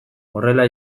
horrela